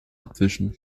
abwischen